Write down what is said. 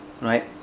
right